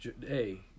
Hey